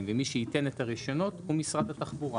ומי שייתן את הרישיונות הוא משרד התחבורה.